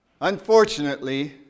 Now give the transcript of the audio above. Unfortunately